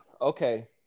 Okay